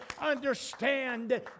understand